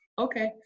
Okay